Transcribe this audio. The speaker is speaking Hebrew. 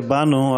שבאנו,